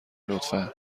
لطفا